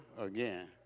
again